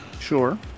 Sure